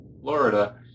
Florida